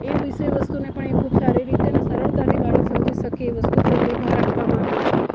એ વિષય વસ્તુને પણ એ ખૂબ સારી રીતે અને સરળતાથી બાળક સમજી શકે એ વસ્તુ પર હવે ભાર આપવામાં આવ્યો છે